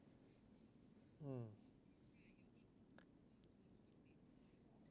mm